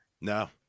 no